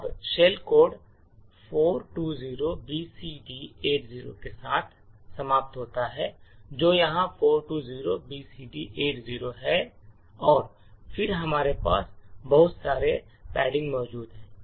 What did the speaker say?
अब shell code 420BCD80 के साथ समाप्त होता है जो यहाँ 420BCD80 है और फिर हमारे पास बहुत सारे पैडिंग मौजूद हैं